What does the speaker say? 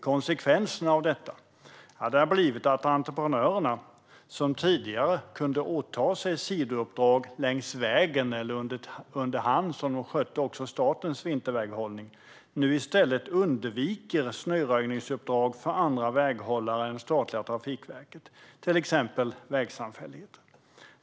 Konsekvenserna av detta har blivit att entreprenörerna, som tidigare kunde åta sig sidouppdrag längs vägen eller under hand som de skötte statens vinterväghållning, nu i stället undviker snöröjningsuppdrag för andra väghållare än statliga Trafikverket, till exempel vägsamfälligheter.